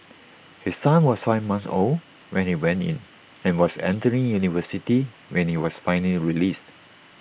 his son was five months old when he went in and was entering university when he was finally released